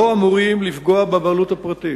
לא אמורים לפגוע בבעלות הפרטית.